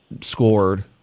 scored